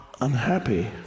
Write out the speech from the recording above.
unhappy